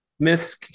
Myths